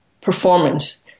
performance